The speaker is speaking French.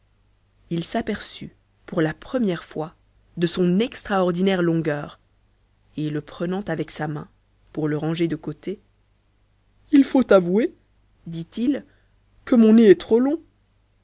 il s'aperçut pour la première fois de son extraordinaire longueur et le prenant avec sa main pour le ranger de côté il faut avouer dit-il que mon nez est trop long